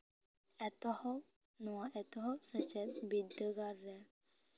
ᱮᱛᱚᱦᱚᱵ ᱱᱚᱣᱟ ᱮᱛᱦᱚᱵ ᱥᱮᱪᱮᱫ ᱵᱤᱫᱽᱫᱟᱹᱜᱟᱲᱨᱮ